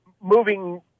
moving